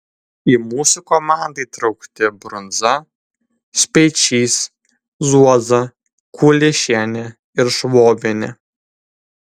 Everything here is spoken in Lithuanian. į mūsų komandą įtraukti brunza speičys zuoza kuliešienė ir švobienė